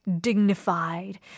dignified